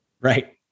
Right